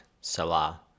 Salah